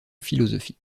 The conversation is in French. philosophie